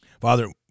Father